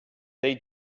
they